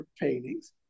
paintings